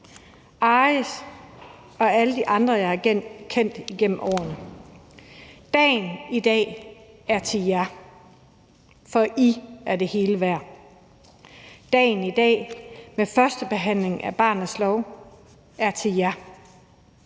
Ariz og alle jer andre, jeg har kendt igennem årene. Dagen i dag er til jer, for I er det hele værd. Dagen i dag med førstebehandlingen af barnets lov er til jer.